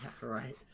right